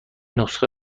نسخه